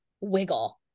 wiggle